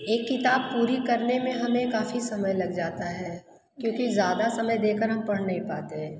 एक किताब पूरी करने में हमें काफ़ी समय लग जाता है क्योंकि ज़्यादा समय देकर हम पढ़ नहीं पाते हैं